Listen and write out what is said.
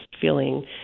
feeling